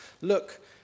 Look